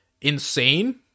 insane